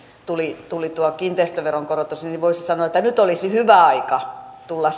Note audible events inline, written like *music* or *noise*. tuli tuli tuo kiinteistöveron korotus niin voisi sanoa että nyt olisi hyvä aika tulla *unintelligible*